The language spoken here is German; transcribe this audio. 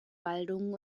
waldungen